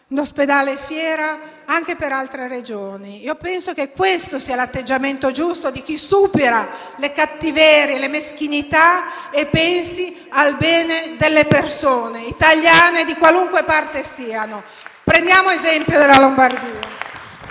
l'ospedale Fiera Milano anche ad altre Regioni. Penso che questo sia l'atteggiamento giusto, di chi supera le cattiverie e le meschinità e pensa al bene delle persone italiane, di qualunque parte siano. Prendiamo esempio dalla Lombardia.